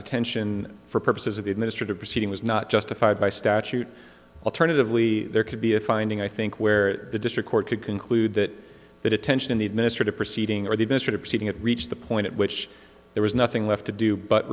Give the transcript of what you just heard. detention for purposes of the administrative proceeding was not justified by statute alternatively there could be a finding i think where the district court could conclude that the detention in the administrative proceeding or the minister proceeding it reached the point at which there was nothing left to do but